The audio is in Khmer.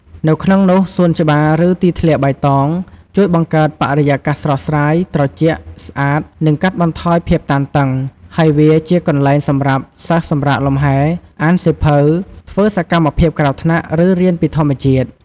នៅក្នុងនោះសួនច្បារ ឬទីធ្លាបៃតង ជួយបង្កើតបរិយាកាសស្រស់ស្រាយ ត្រជាក់ ស្អាត និងកាត់បន្ថយភាពតានតឹង ហើយវាជាកន្លែងសម្រាប់សិស្សសម្រាកលំហែ អានសៀវភៅ ធ្វើសកម្មភាពក្រៅថ្នាក់ ឬរៀនពីធម្មជាតិ ។